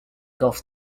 golf